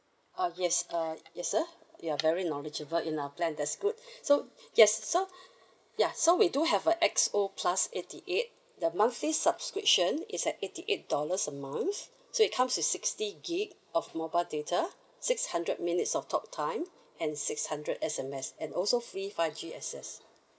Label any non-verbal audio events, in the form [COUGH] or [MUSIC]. ah yes uh yes sir you are very knowledgeable in our plan that's good [BREATH] so yes so ya so we do have a X_O plus eighty eight the monthly subscription is at eighty eight dollars a month so it comes with sixty gigabyte of mobile data six hundred minutes of talk time and six hundred S_M_S and also free five G access